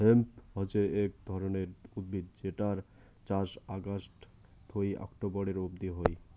hemp হসে এক ধরণের উদ্ভিদ যেটার চাষ অগাস্ট থুই অক্টোবরের অব্দি হই